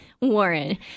Warren